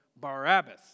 Barabbas